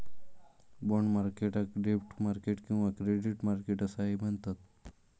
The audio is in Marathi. बाँड मार्केटाक डेब्ट मार्केट किंवा क्रेडिट मार्केट असाही म्हणतत